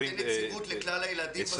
הוא ייתן יציבות לכלל הילדים.